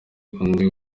undi